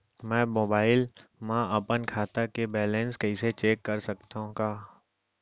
मैं मोबाइल मा अपन खाता के बैलेन्स कइसे चेक कर सकत हव?